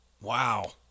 Wow